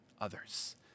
others